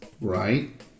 Right